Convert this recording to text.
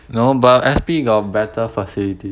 no but S_P got better facilities